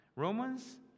Romans